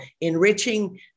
enriching